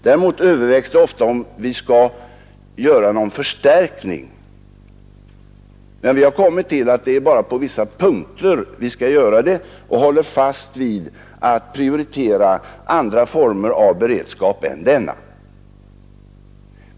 Däremot övervägs det ofta, om vi skall göra någon förstärkning, men vi har kommit till att det bara är på vissa punkter som vi bör göra det och håller fast vid att vi bör prioritera andra former av beredskap än denna.